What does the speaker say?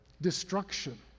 destruction